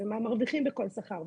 ומה מרוויחים בכל שכר.